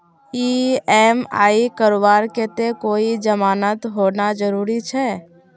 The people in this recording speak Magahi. ई.एम.आई करवार केते कोई जमानत होना जरूरी छे?